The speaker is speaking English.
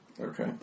Okay